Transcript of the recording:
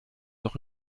doch